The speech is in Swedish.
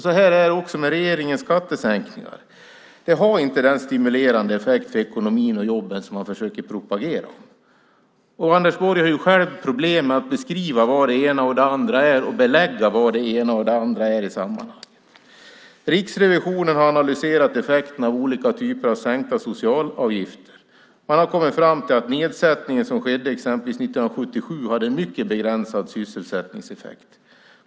Så här är det också med regeringens skattesänkningar. De har inte den stimulerande effekt på ekonomin och jobben som man försöker propagera för. Anders Borg har ju själv problem med att beskriva och belägga vad det ena och det andra är i det här sammanhanget. Riksrevisionen har analyserat effekterna av olika typer av sänkta sociala avgifter. Man har kommit fram till att den nedsättning som skedde exempelvis 1977 hade en mycket begränsad sysselsättningseffekt.